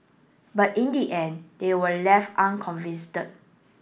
but in the end they were left unconvince